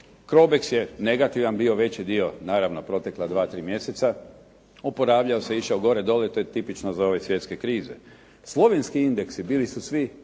Crobex je negativan bio veći dio, naravno protekla 2, 3 mjeseca. Oporavljao se, išao gore-dolje, to je tipično za ove svjetske krize. Slovenski indeksi bili su svi